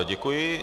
Děkuji.